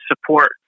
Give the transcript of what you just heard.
support